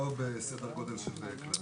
לא בסדר גודל של כללית.